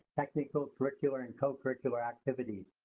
technical, curricular, and co-curricular activities.